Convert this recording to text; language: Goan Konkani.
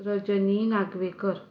रजनी नागवेकर